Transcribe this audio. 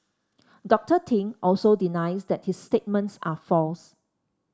Doctor Ting also denies that his statements are false